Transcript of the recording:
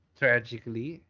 tragically